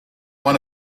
one